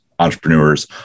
entrepreneurs